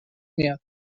میاد